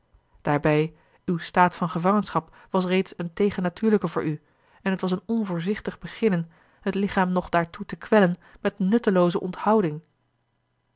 daarbij uw staat van gevangenschap was reeds een tegennatuurlijke voor u en het was een onvoorzichtig beginnen het lichaam nog daartoe te kwellen met nuttelooze onthouding